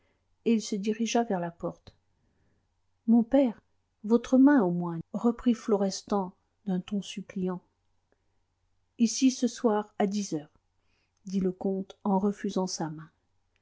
et il se dirigea vers la porte mon père votre main au moins reprit florestan d'un ton suppliant ici ce soir à dix heures dit le comte en refusant sa main